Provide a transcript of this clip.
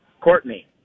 Courtney